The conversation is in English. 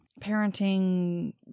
parenting